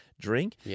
drink